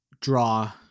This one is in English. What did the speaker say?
draw